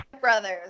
brothers